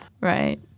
Right